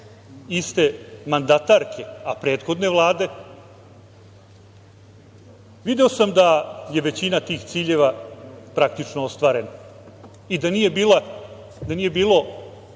iste mandatarke, a prethodne Vlade video sam da je većina tih ciljeva praktično ostvarena i da nije bilo